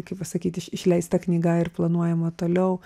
kaip pasakyti iš išleista knyga ir planuojama toliau